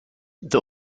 the